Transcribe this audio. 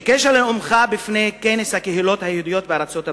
בקשר לנאומך לפני כנס הקהילות היהודיות בארצות-הברית,